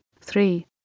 three